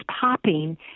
popping